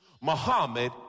Muhammad